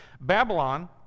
babylon